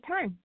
time